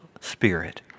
spirit